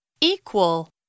Equal